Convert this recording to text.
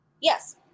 Yes